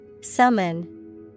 Summon